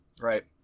Right